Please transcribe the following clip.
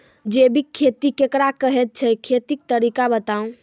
जैबिक खेती केकरा कहैत छै, खेतीक तरीका बताऊ?